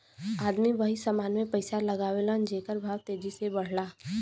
आदमी वही समान मे पइसा लगावला जेकर भाव तेजी से बढ़ला